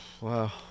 Wow